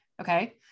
okay